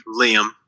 Liam